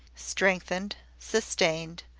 strengthened, sustained,